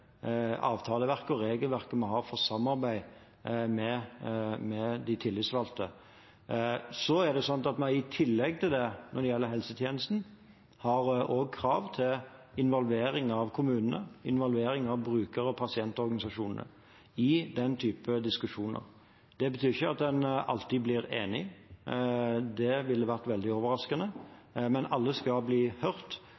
avtaleverket og regelverket vi har for samarbeid med de tillitsvalgte. I tillegg til det har helsetjenesten også krav til involvering av kommunene, involvering av brukere og pasientorganisasjoner i den type diskusjoner. Det betyr ikke at en alltid blir enige, det ville vært veldig